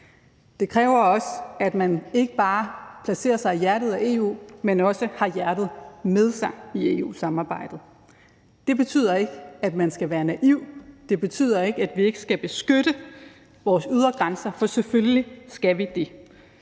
Det kræver også, at man ikke bare placerer sig i hjertet af EU, men også har hjertet med sig i EU-samarbejdet. Det betyder ikke, at man skal være naiv. Det betyder ikke, at vi ikke skal beskytte vores ydre grænser, for selvfølgelig skal vi det.